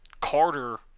Carter